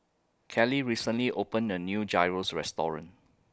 Kelley recently opened A New Gyros Restaurant